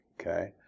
Okay